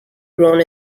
grown